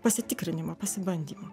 pasitikrinimą pasibandymą